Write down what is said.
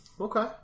Okay